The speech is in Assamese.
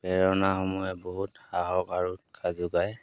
প্ৰেৰণাসমূহে বহুত সাহস আৰু উৎসাহ যোগায়